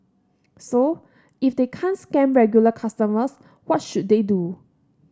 so if they can't scam regular consumers what should they do